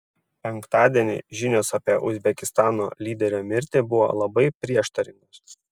penktadienį žinios apie uzbekistano lyderio mirtį buvo labai prieštaringos